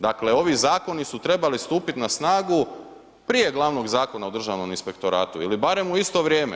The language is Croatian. Dakle, ovi zakoni su trebali stupiti na snagu prije glavnog Zakona o Državnom inspektoratu ili barem u isto vrijeme.